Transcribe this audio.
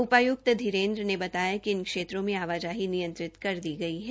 उपाय्क्त धीरेंद्र ने बताया कि इन क्षेत्रों में आवाजाही नियंत्रित कर दी गई है